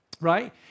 right